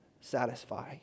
satisfy